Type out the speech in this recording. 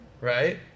right